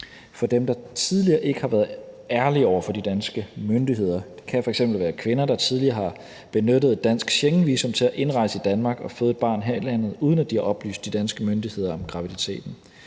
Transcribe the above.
for dem, der tidligere ikke har været ærlige over for de danske myndigheder; det kan f.eks. være kvinder, der tidligere har benyttet et dansk Schengenvisum til at indrejse i Danmark og føde et barn her i landet, uden at de har oplyst de danske myndigheder om graviditeten.